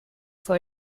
for